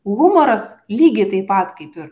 humoras lygiai taip pat kaip ir